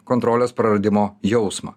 kontrolės praradimo jausmą